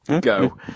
go